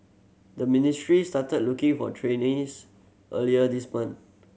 the ministry started looking for trainers earlier this month